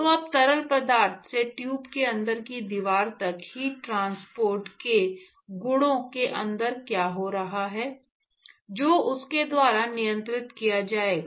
तो अब तरल पदार्थ से ट्यूब के अंदर की दीवार तक हीट ट्रांसपोर्ट के गुणों के अंदर क्या हो रहा हैजो उसके द्वारा नियंत्रित किया जाएगा